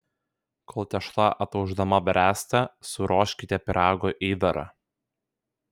kol tešla ataušdama bręsta suruoškite pyrago įdarą